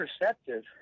perceptive